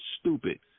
stupid